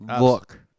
look